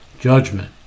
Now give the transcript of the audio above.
judgment